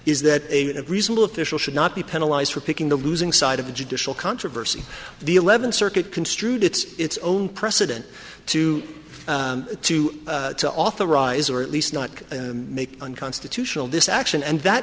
is that a reasonable official should not be penalize for picking the losing side of the judicial controversy the eleventh circuit construed its own precedent to to to authorize or at least not make unconstitutional this action and that